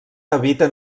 habiten